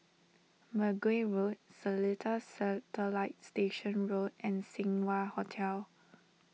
Mergui Road Seletar Satellite Station Road and Seng Wah Hotel